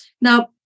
Now